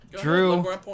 Drew